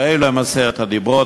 ואילו הם עשרת הדיברות,